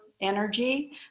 energy